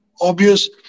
obvious